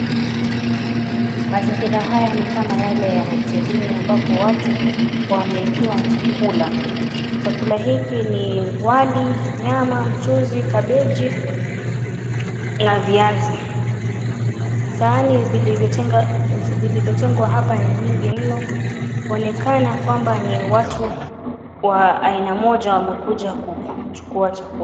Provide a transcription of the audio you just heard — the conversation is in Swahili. Mazingira haya ni kama yale ya hotelini, ambapo watu wameekewa chakula. Chakula hiki ni wali, nyama, mchuzi, kabeji na viazi. Sahani vilivyotengwa hapa ni nyingi mno kuonekana kwamba ni watu wa aina moja wamekuja kuchukua chakula.